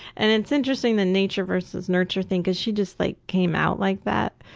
and its interesting the nature vs nurture thing because she just like came out like that,